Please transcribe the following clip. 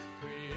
Create